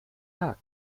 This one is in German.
tag